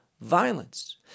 violence